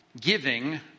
giving